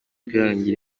kwihangira